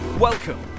Welcome